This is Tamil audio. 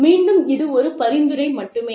மீண்டும் இது ஒரு பரிந்துரை மட்டுமே